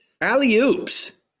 Alley-oops